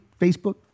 facebook